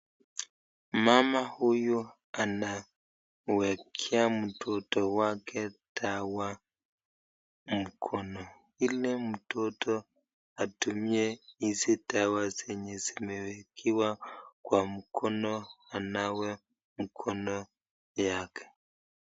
Mama huyu anawekea mtoto wake dawa mkono. Ile mtoto atumie hizi dawa zenye zimewekewa kwa mkono anawe mkono yake.